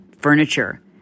furniture